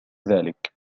ذلك